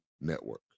Network